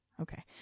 Okay